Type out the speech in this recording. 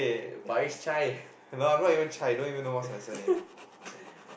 uh Parish-Chai